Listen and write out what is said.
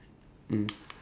mm